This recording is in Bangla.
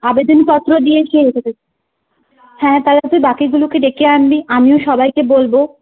আবেদনপত্র দিয়ে হ্যাঁ তাহলে তুই বাকিগুলোকে ডেকে আনবি আমিও সবাইকে বলব